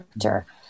character